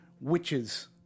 witches